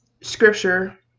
scripture